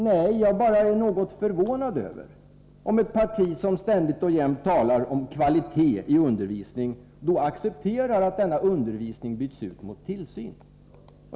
Nej, jag är bara något förvånad över att ett parti som ständigt och jämt talar om kvalitet i undervisningen accepterat att denna undervisning byts ut mot tillsyn.